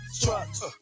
trucks